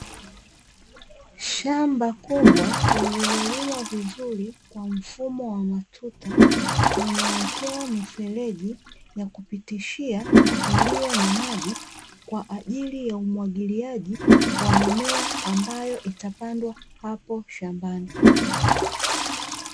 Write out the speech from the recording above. Shamba kubwa lililolimwa vizuri kwa mfumo wa matuta limewekewa mifereji na kupitisha kwa ajili ya mimea inayopandwa shambani